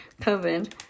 COVID